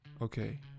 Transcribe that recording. Okay